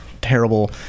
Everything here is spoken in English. terrible